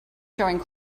showing